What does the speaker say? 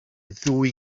ddwy